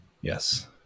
Yes